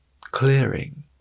Clearing